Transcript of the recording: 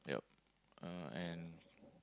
yup uh and